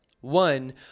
One